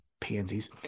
pansies